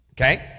Okay